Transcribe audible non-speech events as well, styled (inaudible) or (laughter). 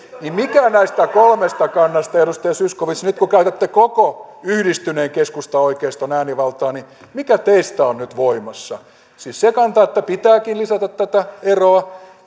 mikä näistä kolmesta kannasta edustaja zyskowicz nyt kun käytätte koko yhdistyneen keskustaoikeiston äänivaltaa on nyt teistä voimassa siis se kanta että pitääkin lisätä tätä eroa (unintelligible)